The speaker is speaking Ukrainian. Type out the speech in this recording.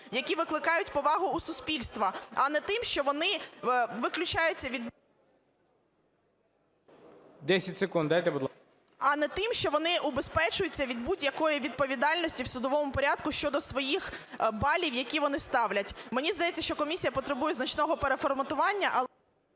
які викликають повагу у суспільства. А не тим, що вони … ГОЛОВУЮЧИЙ. 10 секунд дайте, будь ласка. ШКРУМ А.І. А не тим, що вони убезпечуються від будь-якої відповідальності в судовому порядку щодо своїх балів, які вони ставлять. Мені здається, що комісія потребує значного переформатування…